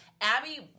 Abby